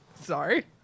Sorry